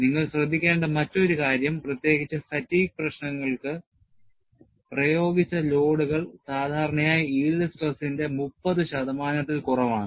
നിങ്ങൾ ശ്രദ്ധിക്കേണ്ട മറ്റൊരു കാര്യം പ്രത്യേകിച്ച് fatigue പ്രശ്നങ്ങൾക്ക് പ്രയോഗിച്ച ലോഡുകൾ സാധാരണയായി yield stress ഇന്റെ 30 ശതമാനത്തിൽ കുറവാണ്